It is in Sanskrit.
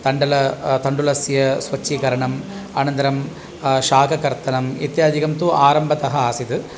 तण्डुल तण्डुलस्य स्वच्छीकरणम् अनन्तरं शाककर्तनम् इत्यादिकं तु आरम्भतः आसीत्